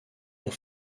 ont